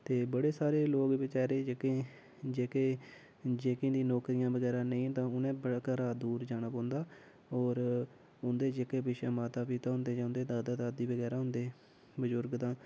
ते बड़े सारे लोग बचैरे जेह्के जेह्के जेह्के दी नौकरियां बगैरा नेईं तां उ'नें घरा दूर जाना पौंदा और उं'दे जेह्के पिच्छै माता पिता होंदे जां उं'दे दादा दादी बगैरा होंदे बजुर्ग तां